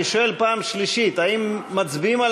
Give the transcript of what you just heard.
אני שואל פעם שלישית: האם מצביעים על